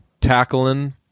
Tackling